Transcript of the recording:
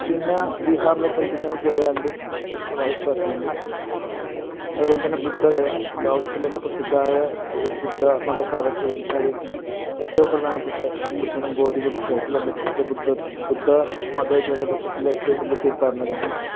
പിന്നെ ബീഹാറിലേക്ക് പോയിക്കഴിഞ്ഞാൽ ഗയാണ്ട് വിഷ്ണു പാത ക്ഷേത്രമുണ്ട് അതുപോലെ തന്നെ ബുദ്ധഗയ ലോകത്തിലന്നെ പ്രസിദ്ധമായ ബുദ്ധ മതക്കാരൊക്കെ വരുന്നൊരു ഏറ്റോം പ്രധാനപ്പെട്ട ബുദ്ധനും ബോധി പുരുഷ ആയിട്ട് ബന്ധപ്പെട്ടിട്ട് ബുദ്ധ ബുദ്ധമത ആയിട്ട് ബന്ധപ്പെട്ടിട്ടുള്ള ഏറ്റോം വലിയ തീർത്ഥാടന കേന്ദ്രം